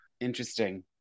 Interesting